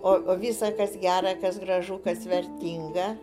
o visa kas gera kas gražu kas vertinga